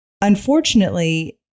unfortunately